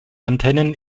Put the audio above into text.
antennen